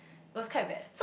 it was quite bad